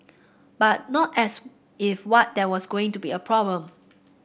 but not as if what there was going to be a problem